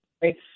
great